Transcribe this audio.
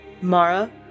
Mara